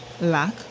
lack